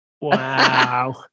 Wow